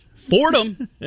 Fordham